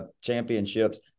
championships